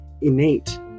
innate